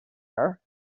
her